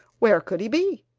where could he be?